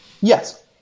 Yes